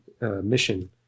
mission